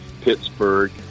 Pittsburgh